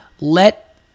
let